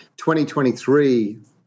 2023